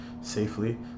safely